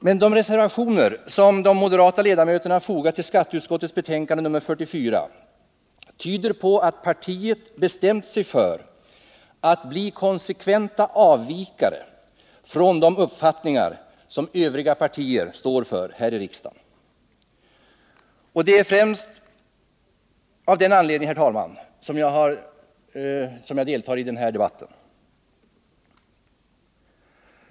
Men de reservationer som de moderata ledamöterna fogat till skatteutskottets betänkande nr 44 tyder på att partiet bestämt sig för att bli en konsekvent avvikare från de uppfattningar som övriga partier står för här i riksdagen. Detta är främsta anledningen till att jag deltar i den här debatten.